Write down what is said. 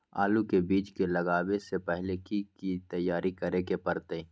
आलू के बीज के लगाबे से पहिले की की तैयारी करे के परतई?